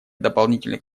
дополнительных